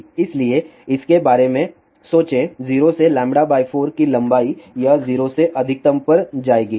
इसलिए इसके बारे में सोचें 0 से λ 4 की लंबाई यह 0 से अधिकतम पर जाएगी